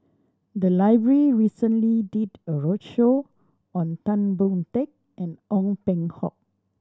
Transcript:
the library recently did a roadshow on Tan Boon Teik and Ong Peng Hock